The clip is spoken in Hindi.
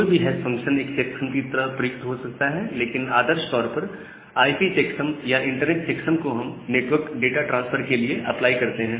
कोई भी फंक्शन एक चेक्सम की तरह प्रयुक्त हो सकता है लेकिन आदर्श तौर पर आईपी चेक्सम या इंटरनेट चेक्सम को हम नेटवर्क डाटा ट्रांसफर के लिए अप्लाई करते हैं